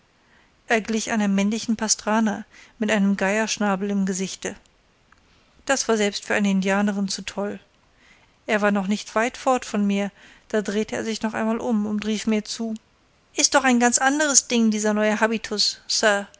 er glich einer männlichen pastrana mit einem geierschnabel im gesichte das war selbst für eine indianerin zu toll er war noch nicht weit fort von mir da drehte er sich noch einmal um und rief mir zu ist doch ein ganz anderes ding dieser neue habitus